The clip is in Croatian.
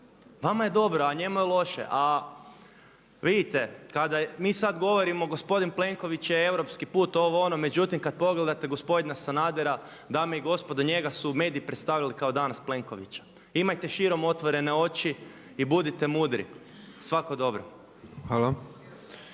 Vama je dobro a njemu je loše. A vidite kada mi sada govorimo gospodin Plenković je europski put ovo ono, međutim kada pogledate gospodina Sanadera, dame i gospodo, njega su mediji predstavili kao danas Plenkovića, imajte širom otvorene oči i budite mudri. Svako dobro.